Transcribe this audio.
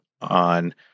on